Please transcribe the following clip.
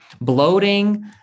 bloating